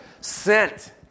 sent